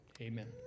Amen